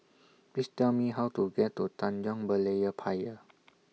Please Tell Me How to get to Tanjong Berlayer Pier